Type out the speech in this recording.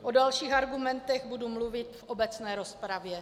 O dalších argumentech budu mluvit v obecné rozpravě.